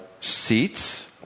seats